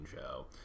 show